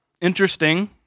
interesting